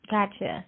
Gotcha